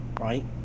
Right